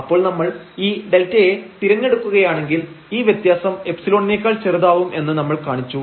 അപ്പോൾ നമ്മൾ ഈ δ യെ തിരഞ്ഞെടുക്കുകയാണെങ്കിൽ ഈ വ്യത്യാസം ϵ നേക്കാൾ ചെറുതാവും എന്ന് നമ്മൾ കാണിച്ചു